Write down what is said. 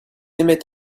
aimaient